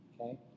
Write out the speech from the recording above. okay